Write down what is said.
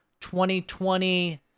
2020